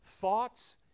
thoughts